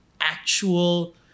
actual